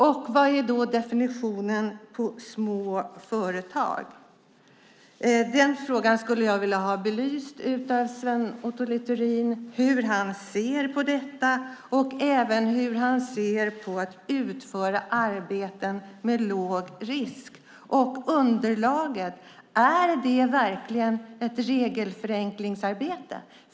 Och vad är definitionen på små företag? Jag skulle vilja höra hur Sven Otto Littorin ser på detta och även hur han ser på att utföra arbeten med låg risk. Och är underlaget verkligen ett regelförenklingsarbete?